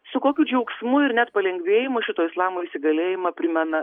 su kokiu džiaugsmu ir net palengvėjimu šito islamo įsigalėjimą primena